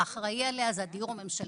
האחראי עליה הוא הדיור הממשלתי.